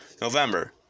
November